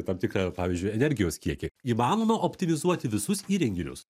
tam tikrą pavyzdžiui energijos kiekį įmanoma optimizuoti visus įrenginius